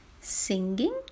singing